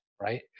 right